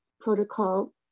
protocol